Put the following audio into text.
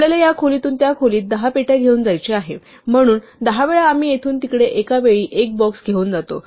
आपल्याला या खोलीतून त्या खोलीत 10 पेट्या घेऊन जायचे आहे म्हणून 10 वेळा आम्ही येथून तिकडे एका वेळी एक बॉक्स घेऊन जातो